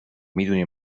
میدونی